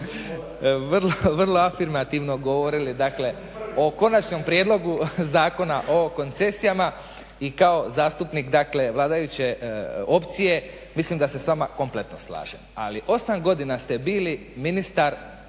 vrlo afirmativno govorili, dakle o Konačnom prijedlogu Zakona o koncesijama i kao zastupnik, dakle vladajuće opcije mislim da se s vama kompletno slažem. Ali osam godina ste bili ministar